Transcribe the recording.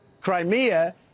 Crimea